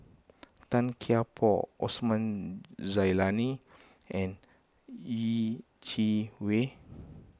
Tan Kian Por Osman Zailani and Yeh Chi Wei